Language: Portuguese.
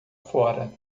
fora